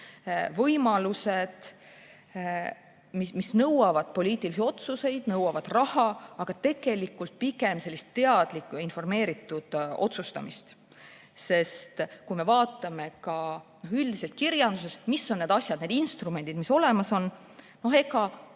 võimalused nõuavad poliitilisi otsuseid ja nõuavad ka raha, aga tegelikult pigem sellist teadlikku ja informeeritud otsustamist. Kui me vaatame ka üldiselt kirjandusest, mis on need asjad, need instrumendid, mis olemas on, siis